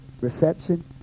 Reception